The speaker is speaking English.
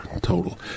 total